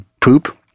poop